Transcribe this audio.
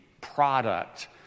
product